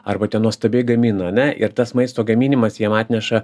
arba tie nuostabiai gamina ane ir tas maisto gaminimas jiem atneša